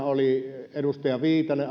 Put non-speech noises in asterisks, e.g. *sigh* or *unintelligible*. *unintelligible* oli edustaja viitanen *unintelligible*